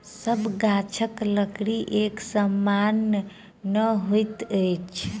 सभ गाछक लकड़ी एक समान नै होइत अछि